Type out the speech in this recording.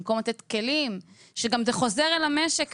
במקום לתת כלים שגם זה חוזר אל המשק,